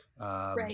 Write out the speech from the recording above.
Right